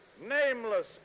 nameless